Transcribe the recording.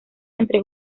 entre